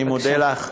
אני מודה לך.